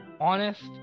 honest